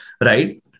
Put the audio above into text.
Right